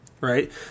right